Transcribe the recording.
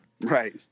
Right